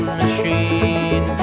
machine